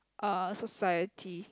uh society